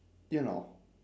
you know